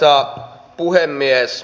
arvoisa puhemies